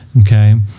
Okay